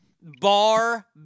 Bar